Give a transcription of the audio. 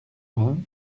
vingts